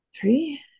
three